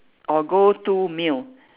or go to meal